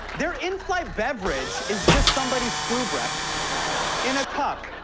their in-flight beverage is just somebody's flu breath in a cup.